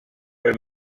are